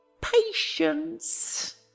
Patience